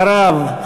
אחריו,